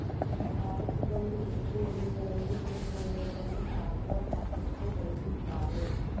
ಭಾರತದಲ್ಲಿ ಹೆಚ್ಚು ಹಳ್ಳಿಗಳಲ್ಲಿ ಕುರಿಮಂದೆಗಳನ್ನು ಸಾಕುವ ಸಾಕಷ್ಟು ರೈತ್ರಿದ್ದಾರೆ